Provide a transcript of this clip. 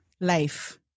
life